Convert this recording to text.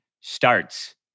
starts